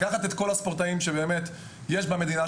לקחת את כל הספורטאים שיש במדינה,